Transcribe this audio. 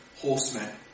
horsemen